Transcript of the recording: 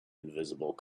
invisible